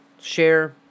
share